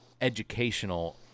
educational